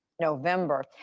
November